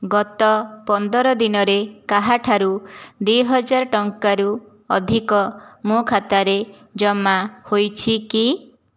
ଗତ ପନ୍ଦର ଦିନରେ କାହାଠାରୁ ଦୁଇହଜାର ଟଙ୍କାରୁ ଅଧିକ ମୋ ଖାତାରେ ଜମା ହୋଇଛି କି